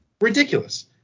Ridiculous